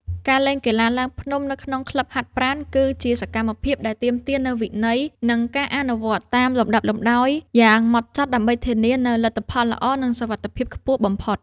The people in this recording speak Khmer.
ការលេងកីឡាឡើងភ្នំនៅក្នុងក្លឹបហាត់ប្រាណ គឺជាសកម្មភាពដែលទាមទារនូវវិន័យ និងការអនុវត្តតាមលំដាប់លំដោយយ៉ាងម៉ត់ចត់ ដើម្បីធានានូវលទ្ធផលល្អ និងសុវត្ថិភាពខ្ពស់បំផុត។